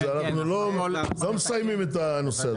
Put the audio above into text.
אנחנו לא מסיימים את הנושא הזה,